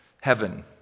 heaven